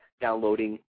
downloading